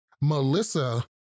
Melissa